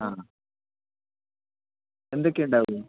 ആ എന്തൊക്കെയുണ്ടാവും